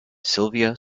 sylvia